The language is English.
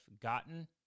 gotten